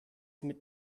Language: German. mit